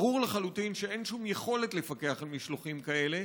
ברור לחלוטין שאין שום יכולת לפקח על משלוחים כאלה,